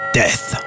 death